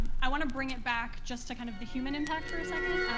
i want to bring it back just to kind of the human impact for a second.